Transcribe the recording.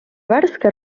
värske